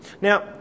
Now